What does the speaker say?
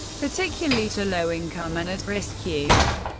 particularly to low-income and at-risk youth.